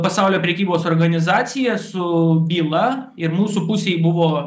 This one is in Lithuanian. pasaulio prekybos organizacija su byla ir mūsų pusėj buvo